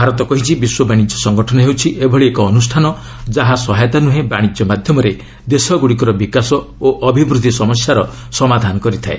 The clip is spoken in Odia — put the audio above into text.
ଭାରତ କହିଛି ବିଶ୍ୱ ବାଣିଜ୍ୟ ସଂଗଠନ ହେଉଛି ଏଭଳି ଏକ ଅନୁଷ୍ଠାନ ଯାହା ସହାୟତା ନୁହେଁ ବାଣିକ୍ୟ ମାଧ୍ୟମରେ ଦେଶଗୁଡ଼ିକର ବିକାଶ ଓ ଅଭିବୃଦ୍ଧି ସମସ୍ୟାର ସମାଧାନ କରିଥାଏ